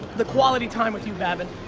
the quality time with you, babin.